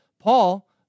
Paul